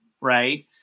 Right